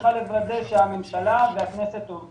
שצריכה לוודא שהממשלה והכנסת מקיימות את החוק.